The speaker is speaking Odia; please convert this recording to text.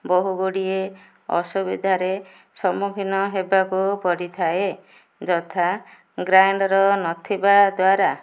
ବହୁଗୁଡ଼ିଏ ଅସୁବିଧାରେ ସମ୍ମୁଖୀନ ହେବାକୁ ପଡ଼ିଥାଏ ଯଥା ଗ୍ରାଇଣ୍ଡର ନଥିବା ଦ୍ୱାରା